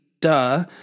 Duh